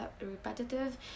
repetitive